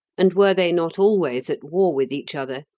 and were they not always at war with each other,